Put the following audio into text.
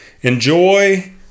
Enjoy